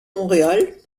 montréal